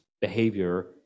behavior